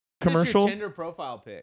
commercial